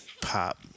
pop